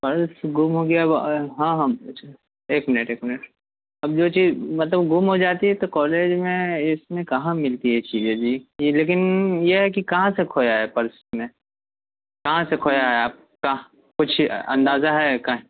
purse گم ہو گیا ہے ہاں ہاں ایک منٹ ایک منٹ اب جو چیز مطلب گم ہو جاتی ہے تو کالج میں اس میں کہاں ملتی ہے یہ چیزیں جی لیکن یہ ہے کہ کہاں سے کھویا ہے پرس تم نے کہاں سے کھویا ہے آپ کہاں کچھ اندازہ ہے کہاں